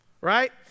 right